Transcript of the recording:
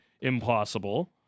impossible